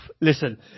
Listen